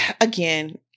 again